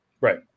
Right